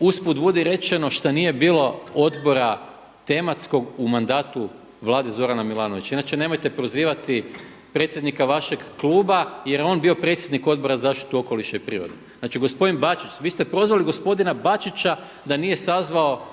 usput budi rečeno šta nije bilo odbora tematskog u mandatu Vlade Zorana Milanovića? Inače nemojte prozivati predsjednika vašeg kluba, jer je on bio predsjednik Odbora za zaštitu okoliša i prirode. Znači, gospodine Bačić, vi ste prozvali gospodina Bačića da nije sazvao